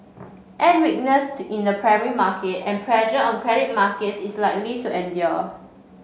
add weakness to in the primary market and pressure on credit markets is likely to endure